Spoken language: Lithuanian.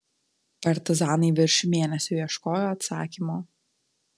partizanai virš mėnesio ieškojo atsakymo